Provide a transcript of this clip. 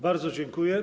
Bardzo dziękuję.